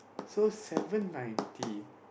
so seven ninety